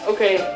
Okay